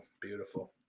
Beautiful